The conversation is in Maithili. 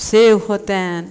सेब होतनि